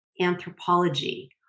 anthropology